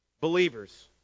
Believers